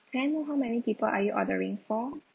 can I know how many people are you ordering for